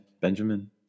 Benjamin